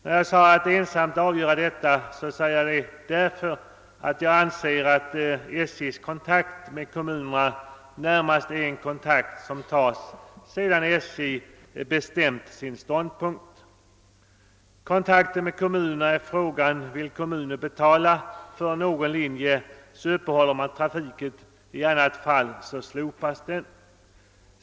När jag säger att SJ är den instans som ensam avgör detta, beror det på att jag anser att SJ:s kontakt med kommunerna i stor utsträckning tas först sedan SJ intagit sin ståndpunkt. Kontakten med kommunerna innebär att man frågar om kommunen vill betala för någon linje; i så fall upprätthåller man trafiken och i annat fall nedläggs den.